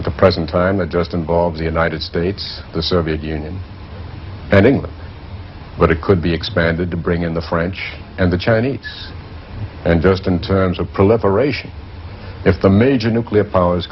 at the present time that just involves the united states the soviet union and england but it could be expanded to bring in the french and the chinese and just in terms of proliferation if the major nuclear powers